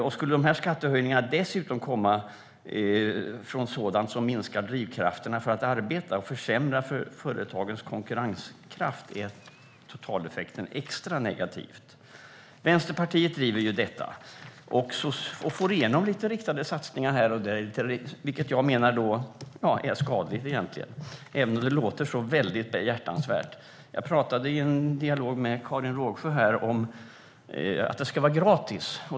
Om skattehöjningarna dessutom skulle komma från sådant som minskar drivkrafterna för att arbeta och försämrar företagens konkurrenskraft är totaleffekten extra negativ. Vänsterpartiet driver detta och får igenom riktade satsningar lite här och där. Det menar jag är skadligt, även om det låter behjärtansvärt. Jag talade just med Karin Rågsjö om det här med att det ska vara gratis.